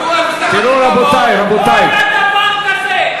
לא היה דבר כזה,